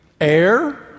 air